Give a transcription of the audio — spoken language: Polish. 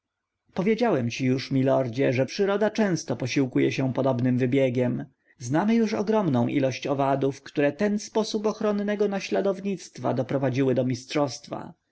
powiedziałem ci już lordzie że przyroda często posiłkuje się podobnym wybiegiem znamy już ogromną ilość owadów które ten sposób ochronnego naśladownictwa doprowadziły do mistrzowstwa